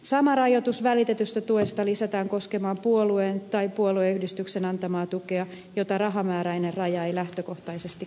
sama rajoitus välitetystä tuesta lisätään koskemaan puolueen tai puolueyhdistyksen antamaa tukea jota rahamääräinen raja ei lähtökohtaisesti koske